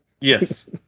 Yes